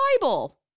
Bible